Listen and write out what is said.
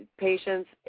patients